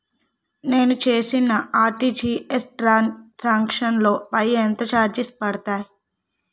నేను చేసిన RTGS transaction లో పై ఎంత చార్జెస్ పడతాయి?